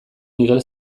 miguel